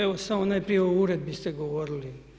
Evo samo najprije o uredbi ste govorili.